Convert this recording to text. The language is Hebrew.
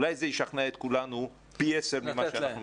אולי זה ישכנע את כולנו פי עשר ממה שאנחנו משוכנעים.